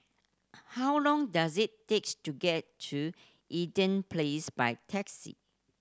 how long does it takes to get to Eaton Place by taxi